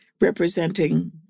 representing